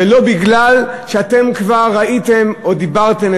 ולא מפני שאתם כבר ראיתם או דיברתם,